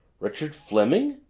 richard fleming?